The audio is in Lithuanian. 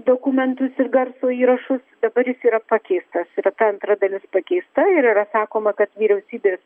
dokumentus ir garso įrašus dabar jis yra pakeistas ir ta antra dalis pakeista ir yra sakoma kad vyriausybės